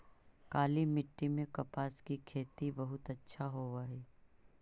काली मिट्टी में कपास की खेती बहुत अच्छा होवअ हई